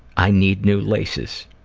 i need new laces.